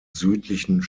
südlichen